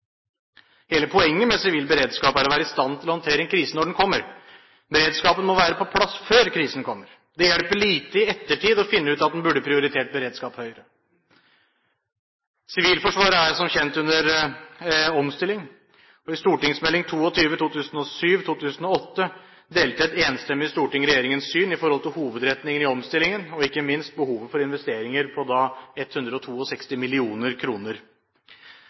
Hele poenget med sivil beredskap er å være i stand til å håndtere en krise når den kommer. Beredskapen må være på plass før krisen kommer. Det hjelper lite i ettertid å finne ut at en burde prioritert beredskap høyere. Sivilforsvaret er som kjent under omstilling, og i St.meld. nr. 22 for 2007–2008 delte et enstemmig storting regjeringens syn i forhold til hovedretningen i omstillingen og ikke minst behovet for investeringer på da